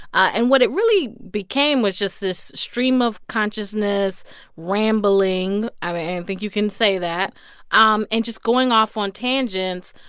and what it really became was just this stream of consciousness rambling i mean, i and think you can say that um and just going off on tangents.